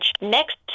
Next